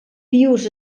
pius